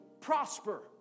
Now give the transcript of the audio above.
prosper